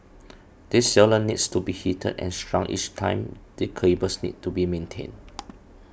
this sealant needs to be heated and shrunk each time the cables need to be maintained